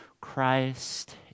Christ